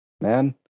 man